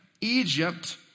Egypt